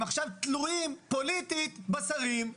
הם עכשיו תלויים פוליטית בשרים.